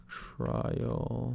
trial